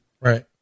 Right